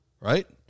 right